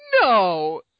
No